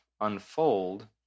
unfold